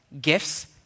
gifts